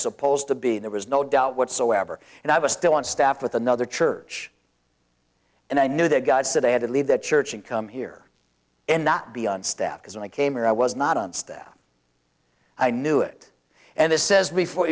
supposed to be there was no doubt whatsoever and i was still on staff with another church and i knew that god said i had to leave the church and come here and not be on step because when i came here i was not on staff i knew it and this says before